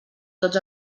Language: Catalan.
tots